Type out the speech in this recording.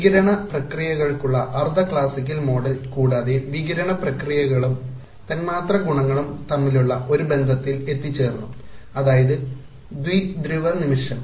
വികിരണ പ്രക്രിയകൾക്കുള്ള അർദ്ധ ക്ലാസിക്കൽ മോഡൽ കൂടാതെ വികിരണ പ്രക്രിയകളും തന്മാത്രാ ഗുണങ്ങളും തമ്മിലുള്ള ഒരു ബന്ധത്തിൽ എത്തിച്ചേർന്നു അതായത് ദ്വിധ്രുവ നിമിഷം